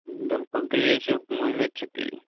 بِلکُل تی ہے چھِ اُمید چھِ تی